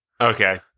Okay